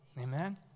Amen